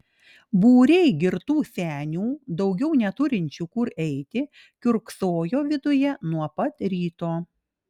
būriai girtų senių daugiau neturinčių kur eiti kiurksojo viduje nuo pat ryto